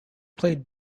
played